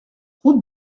route